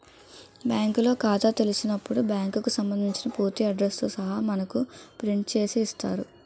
బ్యాంకులో ఖాతా తెలిసినప్పుడు బ్యాంకుకు సంబంధించిన పూర్తి అడ్రస్ తో సహా మనకు ప్రింట్ చేసి ఇస్తారు